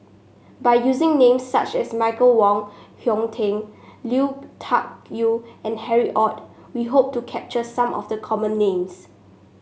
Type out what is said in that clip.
by using names such as Michael Wong Hong Teng Lui Tuck Yew and Harry Ord we hope to capture some of the common names